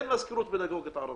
אין מזכירות פדגוגית ערבית.